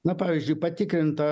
na pavyzdžiui patikrinta